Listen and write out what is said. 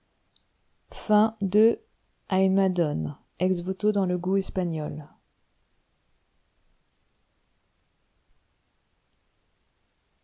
madone ex-voto dans le gout espagnol